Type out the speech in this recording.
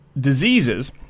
diseases